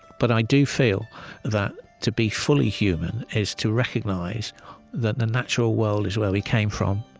but i do feel that to be fully human is to recognize that the natural world is where we came from,